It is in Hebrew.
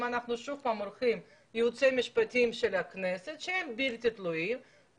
השאלה היא אם אנחנו רוצים ייעוץ משפטי של הכנסת שהוא בלתי תלוי או